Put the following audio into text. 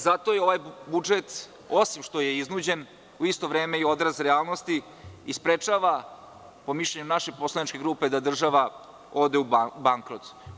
Zato je ovaj budžet, osim što je iznuđen, u isto vreme i odraz realnosti i sprečava, po mišljenju naše poslaničke grupe, da država ode u bankrot.